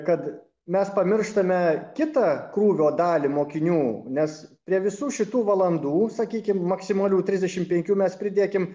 kad mes pamirštame kitą krūvio dalį mokinių nes prie visų šitų valandų sakykim maksimalių trisdešim penkių mes pridėkim